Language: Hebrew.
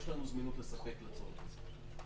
יש לנו זמינות לספק לצורך הזה.